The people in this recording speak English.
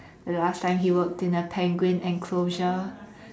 the last time he worked in a penguin enclosure